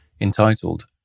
entitled